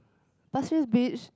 Pasir Ris Beach